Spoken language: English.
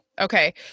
Okay